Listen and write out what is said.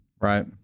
Right